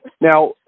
now